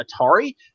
Atari